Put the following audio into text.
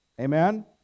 Amen